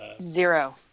Zero